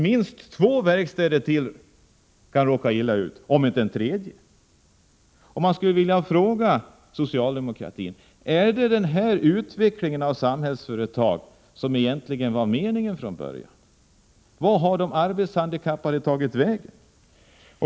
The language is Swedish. Minst två verkstäder till kan råka illa ut, om inte tre. Man skulle vilja fråga socialdemokratin: Är det den här utvecklingen av Samhällsföretag som egentligen var meningen från början? Var har de arbetshandikappade tagit vägen?